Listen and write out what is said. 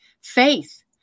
faith